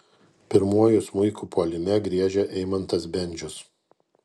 pirmuoju smuiku puolime griežia eimantas bendžius